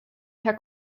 herr